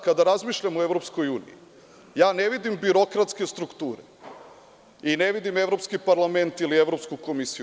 Kada razmišljam o EU, ja ne vidim birokratske strukture i ne vidim evropski parlament ili evropsku komisiju.